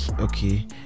okay